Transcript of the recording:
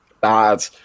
bad